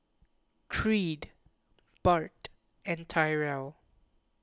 Creed Bart and Tyrel